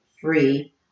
free